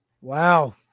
Wow